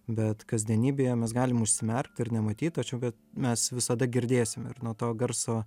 bet kasdienybėje mes galim užsimerkt ir nematyt tačiau vet mes visada girdėsim ir nuo to garso